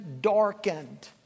darkened